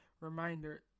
Reminder